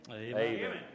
Amen